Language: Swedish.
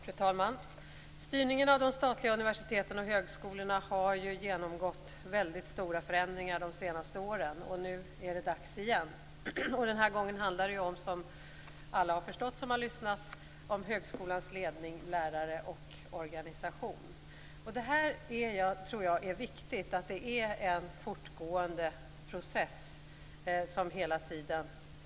Fru talman! Styrningen av de statliga universiteten och högskolorna har genomgått väldigt stora förändringar de senaste åren, och nu är det dags igen. Den här gången handlar det, som alla de som lyssnat på debatten har förstått, om högskolans ledning, lärare och organisation. Jag tror också att det är viktigt att det hela tiden pågår en sådan här process.